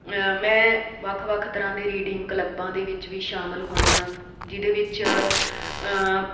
ਮੈਂ ਵੱਖ ਵੱਖ ਤਰ੍ਹਾਂ ਦੇ ਰੀਡਿੰਗ ਕਲੱਬਾਂ ਦੇ ਵਿੱਚ ਵੀ ਸ਼ਾਮਿਲ ਹੋਈ ਹਾਂ ਜਿਹਦੇ ਵਿੱਚ